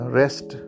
rest